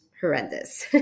horrendous